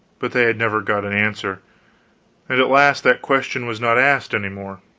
but they had never got an answer and at last that question was not asked any more